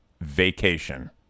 vacation